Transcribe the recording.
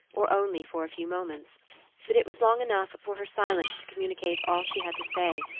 or only for a few moments but it was long enough for her silence to communicate all she had to say,